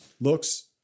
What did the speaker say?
Looks